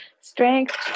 Strength